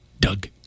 Doug